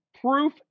proof